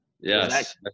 yes